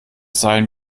sein